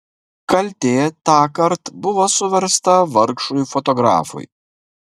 kaltė tąkart buvo suversta vargšui fotografui